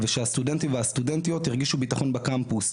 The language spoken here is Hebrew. ושהסטודנטים והסטודנטיות ירגישו בטחון בקמפוס.